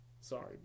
sorry